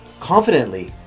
confidently